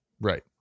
Right